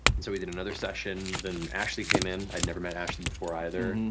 and so we did another session, then ashley came in, i had never met ashley before either. and